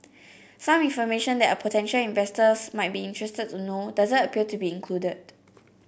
some information that a potential investors might be interested to know doesn't appear to be included